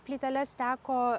plyteles teko